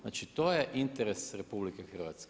Znači to je interes RH.